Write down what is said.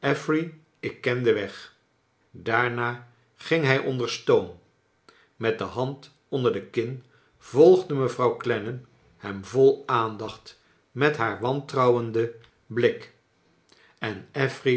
ik ken den weg daarna ging hij onder stoom met de hand onder de kin volgde mevrouw clennam hem vol aandacht met haar wantrouwenden blik en